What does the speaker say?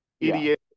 idiot